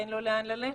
אין לו לאן ללכת.